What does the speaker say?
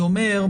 אני אומר,